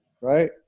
right